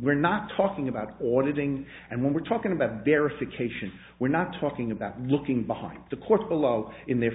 we're not talking about ordering and when we're talking about verification we're not talking about looking behind the courts below in their